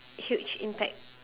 huge impact